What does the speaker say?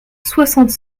soixante